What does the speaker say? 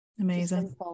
Amazing